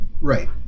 Right